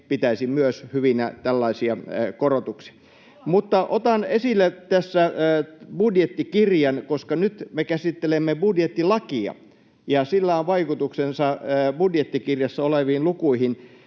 pitäisi myös hyvinä tällaisia korotuksia. Otan tässä esille budjettikirjan, koska nyt me käsittelemme budjettilakia ja sillä on vaikutuksensa budjettikirjassa oleviin lukuihin.